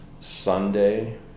Sunday